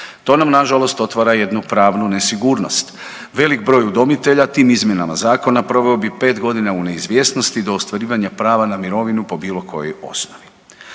To nam na žalost otvara jednu pravnu nesigurnost. Velik broj udomitelja tim izmjenama zakona proveo bi pet godina u neizvjesnosti do ostvarivanja prava na mirovinu po bilo kojoj osnovi.